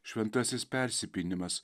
šventasis persipynimas